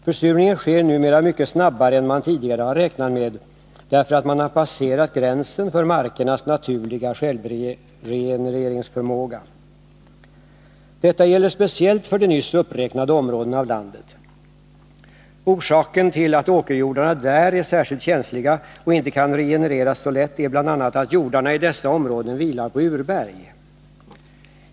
Försurningen sker nu mycket snabbare än man tidigare har räknat med, därför att gränsen för markernas naturliga självregenereringsförmåga har passerats. Detta gäller speciellt för de nyss uppräknade områdena av landet. Orsaken till att åkerjordarna där är särskilt känsliga och inte kan regenereras så lätt är bl.a. att jordarna i dessa områden vilar på urberg.